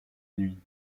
nuit